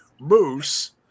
Moose